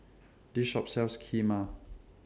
This Shop sells Kheema